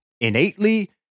innately